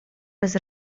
bez